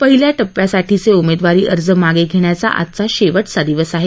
पहिल्या टप्प्यासाठीचे उमेदवारी अर्ज मागे घेण्याचा आजचा शेवटचा दिवस आहे